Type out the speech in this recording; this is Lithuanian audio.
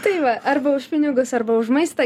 tai va arba už pinigus arba už maistą